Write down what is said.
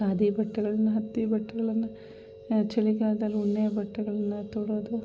ಖಾದಿ ಬಟ್ಟೆಗಳನ್ನ ಹತ್ತಿ ಬಟ್ಟೆಗಳನ್ನು ಚಳಿಗಾಲದಲ್ಲಿ ಉಣ್ಣೆ ಬಟ್ಟೆಗಳನ್ನ ತೊಡೋದು